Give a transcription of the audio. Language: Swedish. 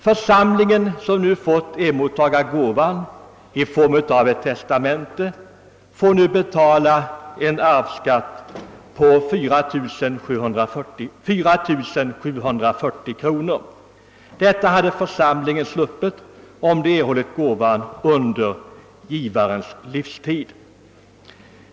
Församlingen får nu betala arvsskatt på 4740 kronor. Det hade församlingen sluppit, om den erhållit gåvan under givarens livstid.